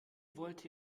wollte